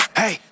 hey